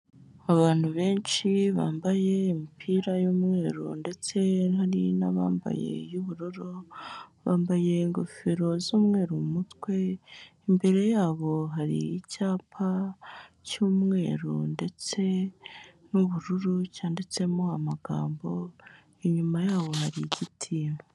Abantu benshi bambaye imipira y'umweru ndetse hari n'abambaye imipira y'ubururu bambaye ingofero z'umweru mu mutwe, imbere yabo hari icyapa cy'umweru ndetse n'ubururu cyanditsemo amagambo inyuma yabo hari igiti.